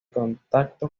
contacto